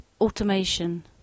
automation